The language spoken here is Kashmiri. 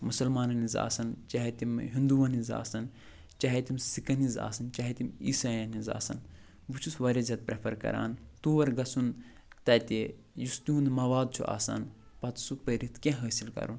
مُسَلمانَن ہٕنٛز آسَن چاہے تِم ہِنٛدُوَن ہٕنٛز آسَن چاہے تِم سِکَن ہٕنٛز آسان چاہے تِم عیسٲیَن ہٕنٛز آسَن بہٕ چھُس واریاہ زیادٕ پریفر کران تور گژھُن تَتہِ یُس تِہُنٛد مواد چھِ آسان پَتہٕ سُہ پٔرِتھ کیٚنہہ حٲصِل کَرُن